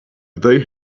they